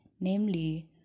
namely